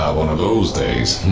one of those days,